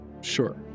Sure